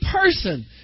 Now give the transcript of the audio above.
person